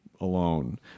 alone